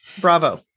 Bravo